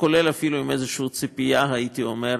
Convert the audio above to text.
כולל אפילו איזושהי ציפייה, הייתי אומר,